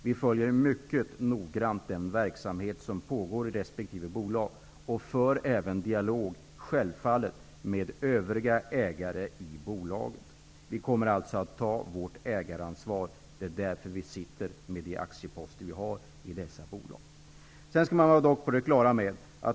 Vi följer mycket noggrant den verksamhet som pågår i resp. bolag och för självfallet även en dialog med övriga ägare i bolaget. Vi kommer att ta vårt ägaransvar. Det är därför vi sitter med de aktieposter vi har i dessa bolag.